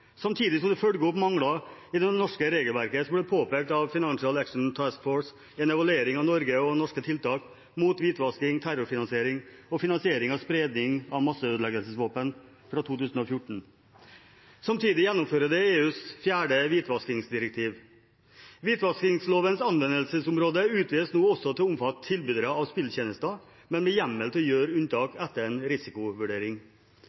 Samtidig følger det opp mangler i det norske regelverket, som ble påpekt av Financial Action Task Force, FATF, i en evaluering av Norge og norske tiltak mot hvitvasking, terrorfinansiering og finansiering av spredning av masseødeleggelsesvåpen, fra 2014. Det gjennomfører også EUs fjerde hvitvaskingsdirektiv. Hvitvaskingslovens anvendelsesområde utvides nå også til å omfatte tilbydere av spilltjenester, men med hjemmel til å gjøre